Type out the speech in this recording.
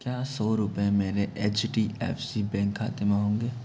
क्या सौ रुपये मेरे H D F C bank खाते में होंगे